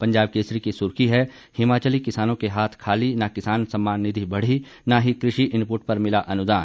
पंजाब केसरी की सुर्खी है हिमाचली किसानों के हाथ खाली न किसान सम्मान निधि बढ़ी न ही कृषि इनपुट पर मिला अनुदान